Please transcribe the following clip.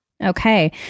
Okay